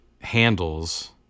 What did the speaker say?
handles